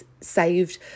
saved